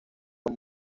don